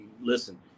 listen